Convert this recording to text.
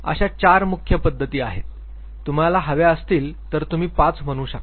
अशा चार मुख्य पद्धती आहेत तुम्हाला हव्या असतील तर तुम्ही पाच म्हणू शकता